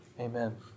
amen